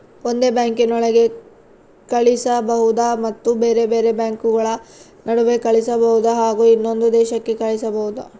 ಒಂದೇ ಬ್ಯಾಂಕಿನೊಳಗೆ ಕಳಿಸಬಹುದಾ ಮತ್ತು ಬೇರೆ ಬೇರೆ ಬ್ಯಾಂಕುಗಳ ನಡುವೆ ಕಳಿಸಬಹುದಾ ಹಾಗೂ ಇನ್ನೊಂದು ದೇಶಕ್ಕೆ ಕಳಿಸಬಹುದಾ?